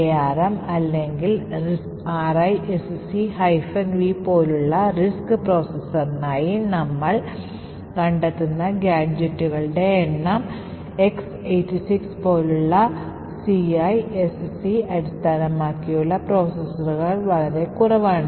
ARM അല്ലെങ്കിൽ RISC V പോലുള്ള RISC പ്രോസസറിനായി നമ്മൾ കണ്ടെത്തുന്ന ഗാഡ്ജെറ്റുകളുടെ എണ്ണം X86 പോലുള്ള CISC അടിസ്ഥാനമാക്കിയുള്ള പ്രോസസ്സറുകളെക്കാൾ വളരെ കുറവാണ്